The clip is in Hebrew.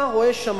אתה רואה שם,